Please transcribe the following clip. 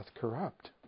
corrupt